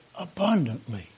abundantly